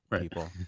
people